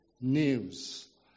news